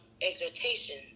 exhortation